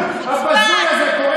החלול, הבזוי הזה, קורא לנו כוחות אופל.